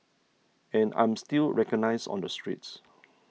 and I'm still recognised on the streets